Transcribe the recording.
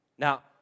Now